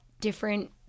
different